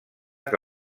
que